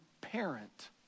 parent